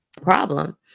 problem